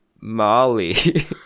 molly